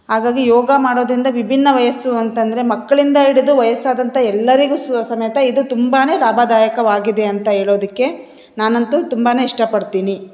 ಹಾಗಾಗಿ ಯೋಗ ಮಾಡೋದರಿಂದ ವಿಭಿನ್ನ ವಯಸ್ಸು ಅಂತಂದರೆ ಮಕ್ಕಳಿಂದ ಹಿಡಿದು ವಯಸ್ಸಾದಂಥ ಎಲ್ಲರಿಗು ಸಮೇತ ಇದು ತುಂಬಾ ಲಾಭದಾಯಕವಾಗಿದೆ ಅಂತ ಹೇಳೋದಿಕ್ಕೆ ನಾನಂತು ತುಂಬಾ ಇಷ್ಟಪಡ್ತಿನಿ